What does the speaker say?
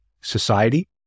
society